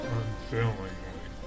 unfailingly